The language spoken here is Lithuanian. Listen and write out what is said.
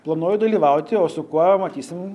planuoju dalyvauti o su kuo matysim